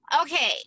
Okay